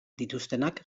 dituztenak